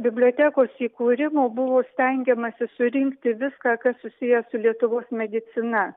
bibliotekos įkūrimo buvo stengiamasi surinkti viską kas susiję su lietuvos medicina